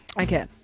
Okay